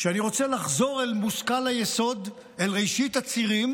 שאני רוצה לחזור אל מושכל היסוד, אל ראשית הצירים